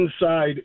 inside